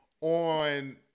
on